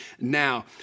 now